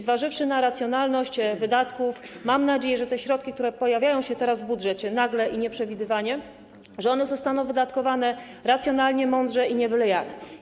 Zważywszy na racjonalność wydatków, mam nadzieję, że te środki, które pojawiają się teraz w budżecie, w sposób nagły i nieprzewidywalny, zostaną wydatkowane racjonalnie, mądrze i nie byle jak.